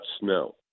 snow